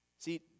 See